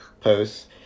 posts